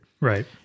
Right